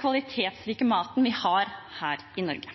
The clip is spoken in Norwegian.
kvalitetsrike maten vi har her i Norge.